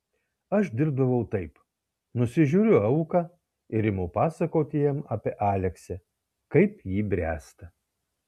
aš dirbdavau taip nusižiūriu auką ir imu pasakoti jam apie aleksę kaip ji bręsta